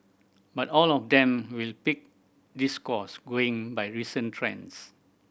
but all of them will pick this course going by recent trends